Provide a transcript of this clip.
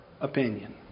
opinion